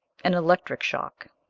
an electric shock!